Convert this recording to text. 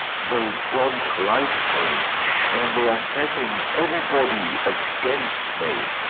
they don't like me and they are setting everybody against me,